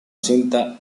cinta